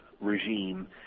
regime